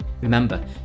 Remember